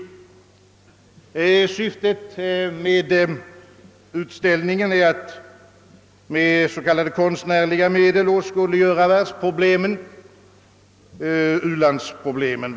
Syftet med utställningen är att med s.k. konstnärliga medel åskådliggöra världens problem, framför allt u-landsproblemen.